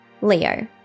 Leo